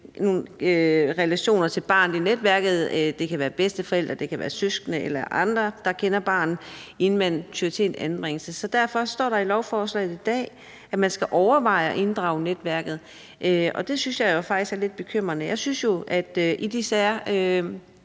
relationer til barnet i netværket – det kan være bedsteforældre, det kan være søskende eller andre, der kender barnet – inden man tyer til en anbringelse. Så når der i lovforslaget her i dag står, at man skal overveje at inddrage netværket, synes jeg jo faktisk, det er lidt bekymrende. Jeg synes selvfølgelig,